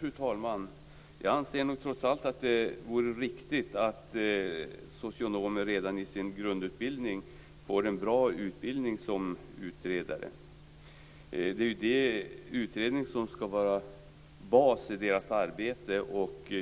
Fru talman! Jag anser, trots allt, att det vore riktigt att socionomer redan i sin grundutbildning får en bra utbildning som utredare. Utredningen ska vara basen i deras arbete, och